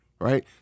Right